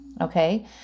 okay